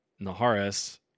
Naharis